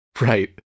right